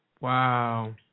Wow